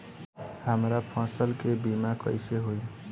हमरा फसल के बीमा कैसे होई?